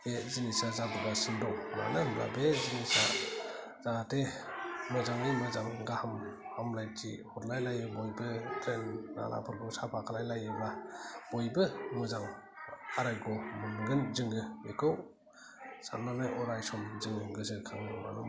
बे जिनिसा जाबोगासिनो दं मानो होमब्ला बे जिनिसा जाहाथे मोजाङै मोजां गाहाम हामलायथि हरलायलायो बयबो ड्रेन नालाफोरखौ साफा खालायलायोबा बयबो मोजां आराग्य' मोनगोन जोङो बेखौ सान्नानै अरायसम जों गोसोखाङो मानो होमबा